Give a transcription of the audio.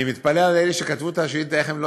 אני מתפלא על אלה שכתבו את השאילתה איך הם לא